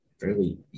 fairly